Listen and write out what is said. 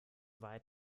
weit